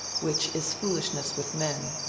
which is foolishness with men,